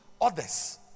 others